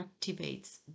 activates